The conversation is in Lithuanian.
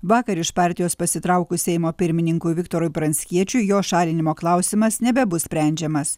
vakar iš partijos pasitraukus seimo pirmininkui viktorui pranckiečiui jo šalinimo klausimas nebebus sprendžiamas